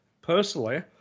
personally